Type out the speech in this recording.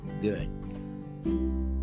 good